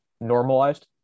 normalized